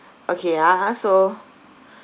okay ah so